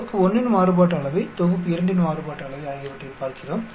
தொகுப்பு 1 இன் மாறுபாட்டு அளவை தொகுப்பு 2 இன் மாறுபாட்டு அளவை ஆகியவற்றைப் பார்க்கிறோம்